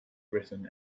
written